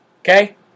Okay